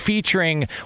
featuring